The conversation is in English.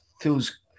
feels